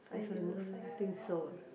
if I'm not wrong think so ah